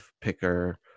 picker